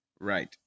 Right